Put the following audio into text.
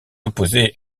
opposée